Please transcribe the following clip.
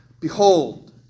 behold